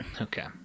Okay